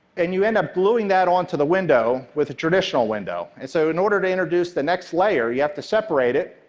and you end up gluing that onto the window with a traditional window, and so in order to introduce the next layer, you have to separate it,